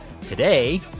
Today